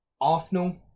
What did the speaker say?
Arsenal